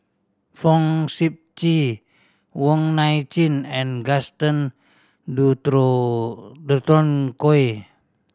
Fong Sip Chee Wong Nai Chin and Gaston Dutronquoy